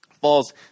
falls